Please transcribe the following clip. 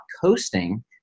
coasting